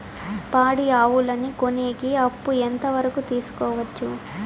పాడి ఆవులని కొనేకి అప్పు ఎంత వరకు తీసుకోవచ్చు?